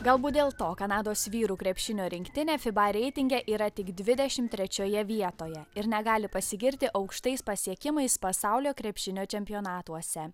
galbūt dėl to kanados vyrų krepšinio rinktinė fiba reitinge yra tik dvidešimt trečioje vietoje ir negali pasigirti aukštais pasiekimais pasaulio krepšinio čempionatuose